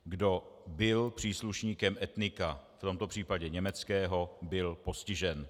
Kdo byl příslušníkem etnika, v tomto případě německého, byl postižen.